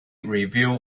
review